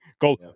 Go